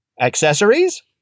Accessories